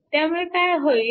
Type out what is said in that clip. त्यामुळे काय होईल